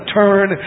turn